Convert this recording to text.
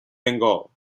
bengal